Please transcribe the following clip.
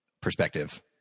perspective